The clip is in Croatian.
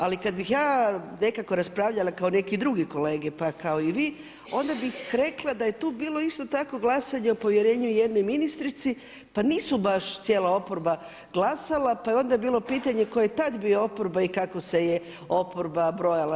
Ali, kad bih ja raspravljala kao neki druge kolege, pa kao i vi, onda bih rekla da je tu bilo isto tako glasanja o povjerenju jednoj ministrici, pa nisu baš cijela oporba glasala, pa je onda bilo pitanje tko je tad bio oporba i kako se je oporba brojala.